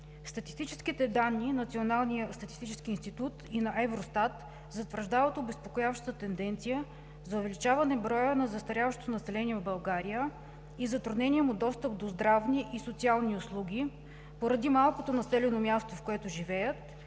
Статистическите данни на Националния статистически институт и на Евростат затвърждават обезпокояващата тенденция за увеличаване броя на застаряващото население в България и затруднения му достъп до здравни и социални услуги поради малкото населено място, в което живеят,